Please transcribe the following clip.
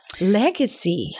Legacy